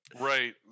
right